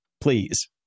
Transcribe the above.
please